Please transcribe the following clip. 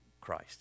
Christ